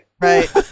right